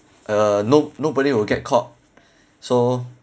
uh no~ nobody will get caught so